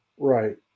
Right